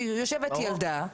יושבת ילדה,